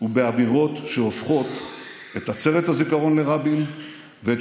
ובאמירות שהופכות את עצרת הזיכרון לרבין ואת